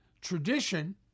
tradition